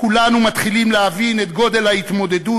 כולנו מתחילים להבין את גודל ההתמודדות,